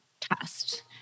test